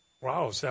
Wow